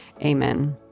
Amen